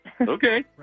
Okay